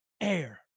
air